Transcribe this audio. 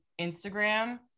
Instagram